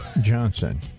Johnson